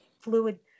fluid